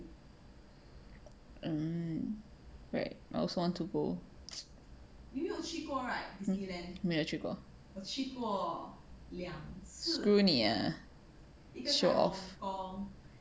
um right I also want to go um 没有去过 screw 你 ah show off